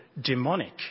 demonic